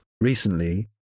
recently